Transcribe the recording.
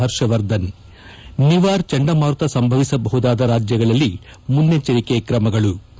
ಹರ್ಷವರ್ಧನ್ ನಿವಾರ್ ಚಂಡಮಾರುತ ಸಂಭವಿಸಬಹುದಾದ ರಾಜ್ಯಗಳಲ್ಲಿ ಮುನ್ನೆಚ್ಚರಿಕೆ ಕ್ರಮಗಳು ಐಎಂಡಿ ಡಿ